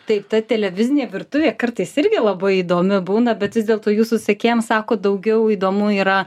tai ta televizinė virtuvė kartais irgi labai įdomi būna bet vis dėlto jūsų sekėjams sakot daugiau įdomu yra